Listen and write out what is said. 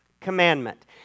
Commandment